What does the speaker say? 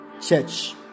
church